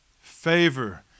favor